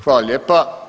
Hvala lijepa.